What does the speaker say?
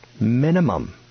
Minimum